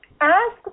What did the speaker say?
ask